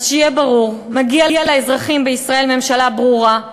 אז שיהיה ברור: מגיעה לאזרחים בישראל ממשלה ברורה,